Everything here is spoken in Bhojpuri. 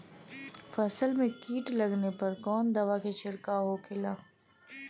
फसल में कीट लगने पर कौन दवा के छिड़काव होखेला?